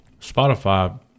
Spotify